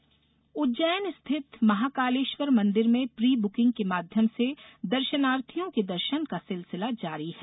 महाकालेष्वर दर्षन उज्जैन स्थित महाकालेश्यर मंदिर में प्री बुकिंग के माध्यम से दर्शनार्थियों के दर्शन का सिलसिला जारी है